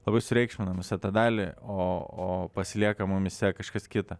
labai sureikšminam visą tą dalį o o pasilieka mumyse kažkas kita